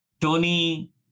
Tony